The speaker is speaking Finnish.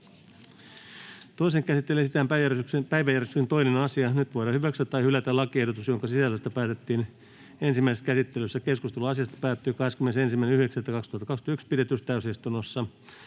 Toiseen käsittelyyn esitellään päiväjärjestyksen 2. asia. Nyt voidaan hyväksyä tai hylätä lakiehdotus, jonka sisällöstä päätettiin ensimmäisessä käsittelyssä. Keskustelu asiasta päättyi 21.9.2021 pidetyssä täysistunnossa